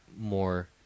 more